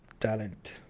talent